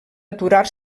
aturar